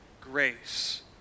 grace